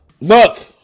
look